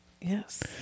Yes